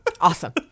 Awesome